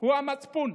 הוא המצפון,